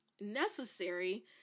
necessary